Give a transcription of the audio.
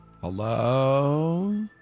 Hello